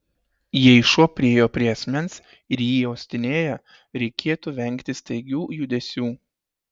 jei šuo priėjo prie asmens ir jį uostinėja reikėtų vengti staigių judesių